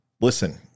Listen